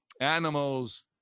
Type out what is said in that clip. animals